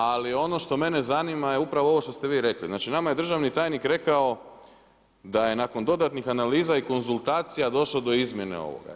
Ali ono što mene zanima je upravo ovo što ste vi rekli, znači nama je državni tajnik rekao da je nakon dodatnih analiza i konzultacija došlo do izmjene ovoga.